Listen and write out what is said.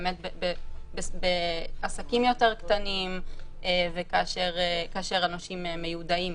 באמת בעסקים יותר קטנים וכאשר הנושים מיודעים,